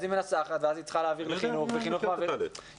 היא מנסחת ואז צריכה להעביר למשרד החינוך ולמשרדים אחרים.